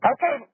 Okay